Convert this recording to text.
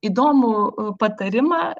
įdomų patarimą